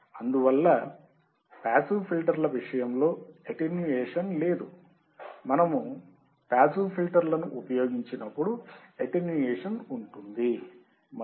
అందువల్ల పాసివ్ ఫిల్టర్ల విషయంలో అటెన్యుయేషన్ లేదు మనము నిష్క్రియాత్మక ఫిల్టర్లను ఉపయోగించినప్పుడు అటెన్యుయేషన్ ఉంటుంది మరియు లాస్ ఉంటుంది